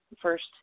first